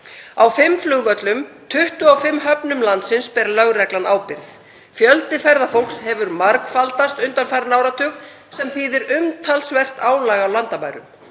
Á fimm flugvöllum og 25 höfnum landsins ber lögreglan ábyrgð. Fjöldi ferðafólks hefur margfaldast undanfarinn áratug sem þýðir umtalsvert álag á landamærum.